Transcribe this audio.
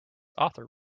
author